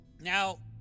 Now